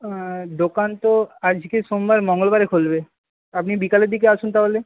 দোকান তো আজকে সোমবার মঙ্গলবারে খুলবে আপনি বিকালের দিকে আসুন তাহলে